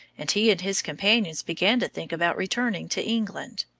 and he and his companions began to think about returning to england.